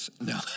no